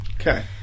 Okay